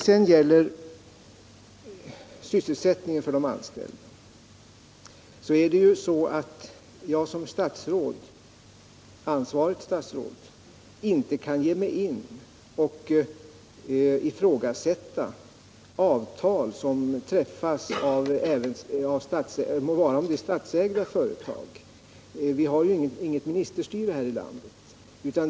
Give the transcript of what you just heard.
Vad gäller sysselsättning för de anställda kan jag som ansvarigt statsråd inte ge mig in och ifrågasätta avtal som träffas — må vara om det är statsägda företag — för vi har inget ministerstyre här i landet.